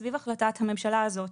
סביב החלטת הממשלה הזאת,